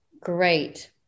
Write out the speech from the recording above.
Great